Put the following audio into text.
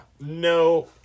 No